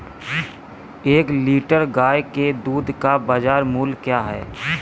एक लीटर गाय के दूध का बाज़ार मूल्य क्या है?